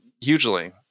hugely